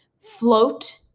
float